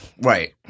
Right